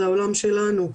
זה העולם שלנו,